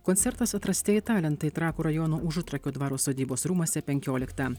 koncertas atrastieji talentai trakų rajono užutrakio dvaro sodybos rūmuose penkioliktą